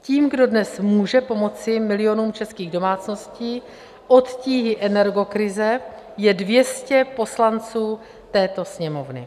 Tím, kdo dnes může pomoci milionům českých domácností od tíhy energokrize, je 200 poslanců této Sněmovny.